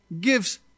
gives